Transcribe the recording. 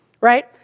right